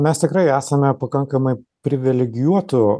mes tikrai esame pakankamai privilegijuotų